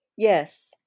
Yes